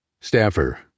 Staffer